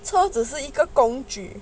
车只是一个工具